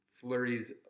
flurries